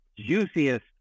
juiciest